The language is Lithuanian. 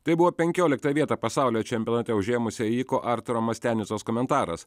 tai buvo penkioliktą vietą pasaulio čempionate užėmusio ėjiko arturo mastianicos komentaras